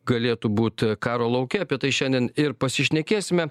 galėtų būti karo lauke apie tai šiandien ir pasišnekėsime